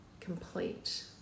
complete